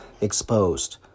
exposed